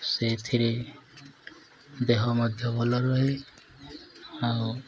ସେଇଥିରେ ଦେହ ମଧ୍ୟ ଭଲ ରୁହେ ଆଉ